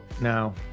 now